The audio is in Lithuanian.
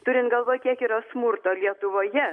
turint galvoj kiek yra smurto lietuvoje